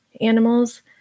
animals